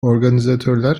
organizatörler